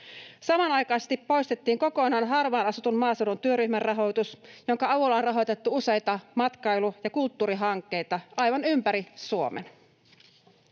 Samanaikaisesti poistettiin kokonaan harvaan asutun maaseudun työryhmän rahoitus, jonka avulla on rahoitettu useita matkailu- ja kulttuurihankkeita aivan ympäri Suomen.